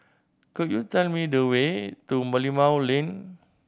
could you tell me the way to Merlimau Lane